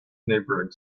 neighboring